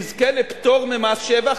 יזכה לפטור ממס שבח,